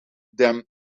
them